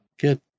Good